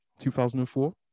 2004